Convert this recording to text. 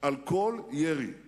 על כל ירי,